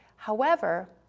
however,